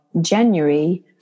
January